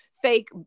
fake